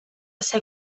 ser